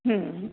हं